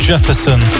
Jefferson